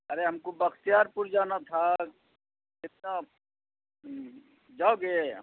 ارے ہم کو بختیار پور جانا تھا کتنا جاؤ گے